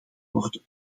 worden